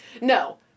No